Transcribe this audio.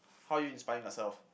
how are you inspiring yourself